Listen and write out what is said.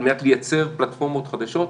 על מנת לייצר פלטפורמות חדשות.